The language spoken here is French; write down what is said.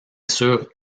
sûr